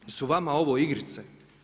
Jesu vama ovo igrice?